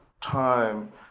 time